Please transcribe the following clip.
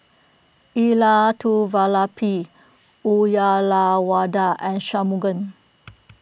Elattuvalapil Uyyalawada and Shunmugam